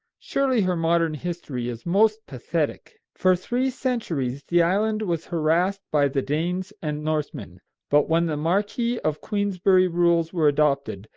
surely her modern history is most pathetic. for three centuries the island was harassed by the danes and northmen but when the marquis of queensberry rules were adopted,